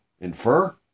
Infer